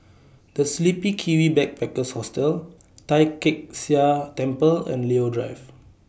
The Sleepy Kiwi Backpackers Hostel Tai Kak Seah Temple and Leo Drive